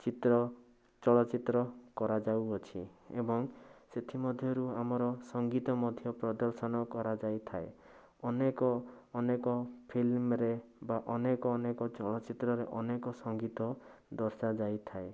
ଚିତ୍ର ଚଳଚ୍ଚିତ୍ର କରାଯାଉଅଛି ଏବଂ ସେଥିମଧ୍ୟରୁ ଆମର ସଙ୍ଗୀତ ମଧ୍ୟ ପ୍ରଦର୍ଶନ କରାଯାଇଥାଏ ଅନେକ ଅନେକ ଫିଲ୍ମରେ ବା ଅନେକ ଅନେକ ଚଳଚ୍ଚିତ୍ରରେ ଅନେକ ସଙ୍ଗୀତ ଦର୍ଶାଯାଇଥାଏ